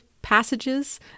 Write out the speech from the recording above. passages